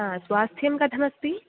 हा स्वास्थ्यं कथमस्ति